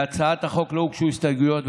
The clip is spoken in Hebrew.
להצעת החוק לא הוגשו הסתייגויות,